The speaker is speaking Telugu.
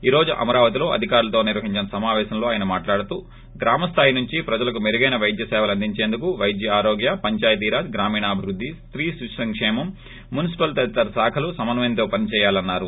ఈ రోజు అమరావతి లో అధికారులతో నిర్వహించిన సమాపేశం లో అయన మాట్లాడుతూ గ్రామస్థాయి నుంచి ప్రజలకు మెరుగైన వైద్య సేవలందించేందకు వైద్యం ఆరోగ్య పంచాయతీరాజ్ గ్రామీణాభివృద్ధి స్తీ శిశు సంకేమం మున్సిపల్ తదితర శాఖలు సమన్యయంతో పనిచేయాలన్నారు